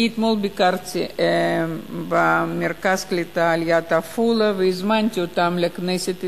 אתמול ביקרתי במרכז קליטה ליד עפולה והזמנתי אותם לכנסת ישראל,